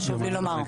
חשוב לי לומר.